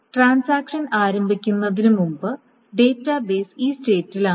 transaction ആരംഭിക്കുന്നതിന് മുമ്പ് database ഈ സ്റ്റേറ്റിലാണ്